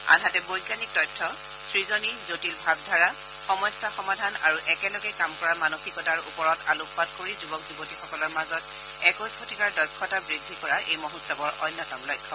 আনহাতে বৈজ্ঞানিক তথ্য সৃজনী জটিল ভাৱধাৰা সমস্যা সমাধান আৰু একেলগে কাম কৰাৰ মানসিকতাৰ ওপৰত আলোকপাত কৰি যুৱক যুৱতীসকলৰ মাজত একৈশ শতিকাৰ দক্ষতা বৃদ্ধি কৰা এই মহোৎসৱৰ অন্যতম লক্ষ্য